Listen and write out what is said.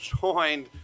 joined